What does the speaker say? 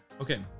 Okay